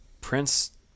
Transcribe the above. Prince